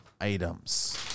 items